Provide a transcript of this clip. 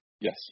Yes